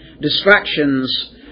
distractions